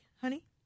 honey